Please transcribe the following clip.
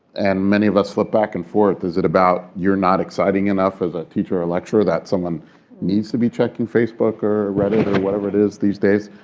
and many of us flip back and forth. is it about you're not exciting enough as a teacher or a lecturer that someone needs to be checking facebook or reddit or whatever it is these days?